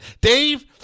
Dave